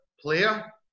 player